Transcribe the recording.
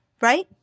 right